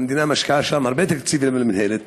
המדינה משקיעה הרבה תקציבים במינהלת,